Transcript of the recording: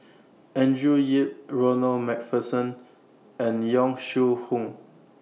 Andrew Yip Ronald MacPherson and Yong Shu Hoong